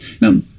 Now